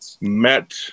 met